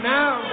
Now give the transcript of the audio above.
now